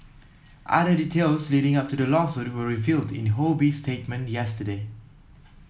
other details leading up to the lawsuit were revealed in Ho Bee's statement yesterday